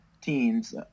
teams